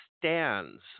stands